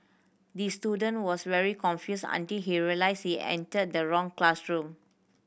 the student was very confused until he realised he entered the wrong classroom